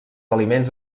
aliments